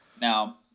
Now